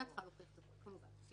זה